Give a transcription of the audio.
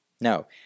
No